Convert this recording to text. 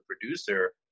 producer